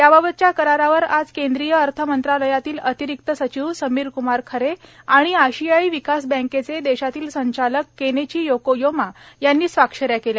याबाबतच्या करारावर आज केंद्रीय अर्थ मंत्रालयातील अतिरिक्त सचिव समीरकुमार खरे आणि आशियाई विकास बँकेचे देशातील संचालक केनेची योकोयोमा यांनी स्वाक्षऱ्या केल्या